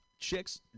chicks